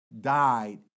died